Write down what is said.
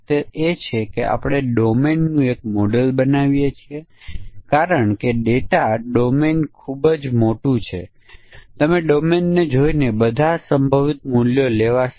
તેથી 30 અને 5 થી 30 બંને આવરી લેવામાં આવ્યા છે અને તે જ રીતે અહીં PG UG અને શાળા આવરી લેવામાં આવી છે